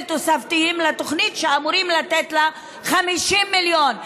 תוספתיים לתוכנית שאמורים לתת לה 50 מיליון.